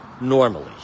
Normally